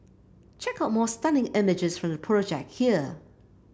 check out more stunning images from the project here